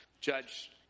Judge